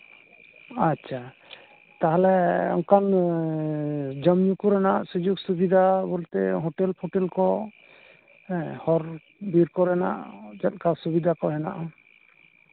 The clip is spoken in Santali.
ᱟᱪᱪᱷᱟ ᱛᱟᱦᱞᱮ ᱚᱱᱠᱟᱱ ᱡᱚᱢᱼᱧᱩ ᱠᱚᱨᱮᱱᱟᱜ ᱥᱩᱡᱳᱜᱽ ᱥᱩᱵᱤᱫᱷᱟ ᱵᱚᱞᱛᱮ ᱦᱳᱴᱮᱞ ᱯᱷᱚᱴᱮᱞ ᱠᱚ ᱦᱚᱨ ᱵᱤᱨ ᱠᱚᱨᱮᱱᱟᱜ ᱪᱮᱫᱞᱮᱠᱟ ᱥᱩᱵᱤᱫᱷᱟ ᱠᱚ ᱢᱮᱱᱟᱜᱼᱟ